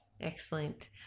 excellent